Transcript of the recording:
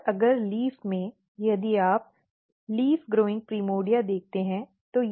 और अगर पत्ती में यदि आप पत्ते को बढ़ते हुए प्राइमर्डिया देखते हैं